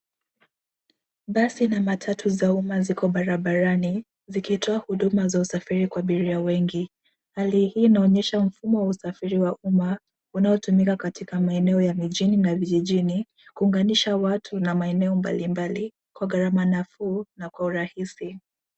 Basi na matatu za umma ziko barabarani zikitoa huduma za usafiri kwa abiria wengi. Hali hii inaonyesha mfumo wa usafiri wa umma unaotumika katika maeneo ya mjini na vijijini kuunganisha watu na maeneo mbalimbali kwa gharama nafuu na kwa urahisi.